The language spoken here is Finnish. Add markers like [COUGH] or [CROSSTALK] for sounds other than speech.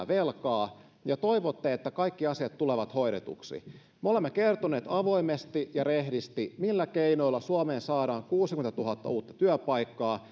[UNINTELLIGIBLE] velkaa ja toivotte että kaikki asiat tulevat hoidetuksi me olemme kertoneet avoimesti ja rehdisti millä keinoilla suomeen saadaan kuusikymmentätuhatta uutta työpaikkaa [UNINTELLIGIBLE]